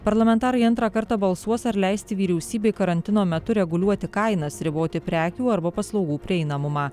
parlamentarai antrą kartą balsuos ar leisti vyriausybei karantino metu reguliuoti kainas riboti prekių arba paslaugų prieinamumą